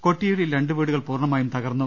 കൊട്ടിയൂരിൽ രണ്ടു വീടുകൾ പൂർണമായും തകർന്നു